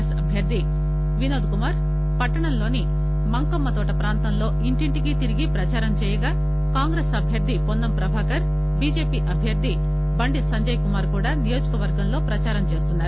yes అభ్యర్ధి వినోద్ కుమార్ పట్లణంలోని మంకమ్మతోట ప్రాంతంలో ఇంటింటికి తిరిగి ప్రదారం చేయగా కాంగ్రెస్ అభ్యర్ధి పొన్నం ప్రభాకర్ బిజెపి అభ్యర్ధి బండి సంజయ్ కుమార్ కూడా నియోజకవర్గంలో ప్రదారం చేస్తున్నారు